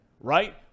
right